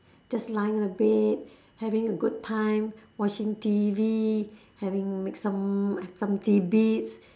just lying on the bed having a good time watching T_V having make some like some tidbits